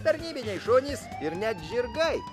tarnybiniai šunys ir net žirgai